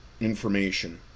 information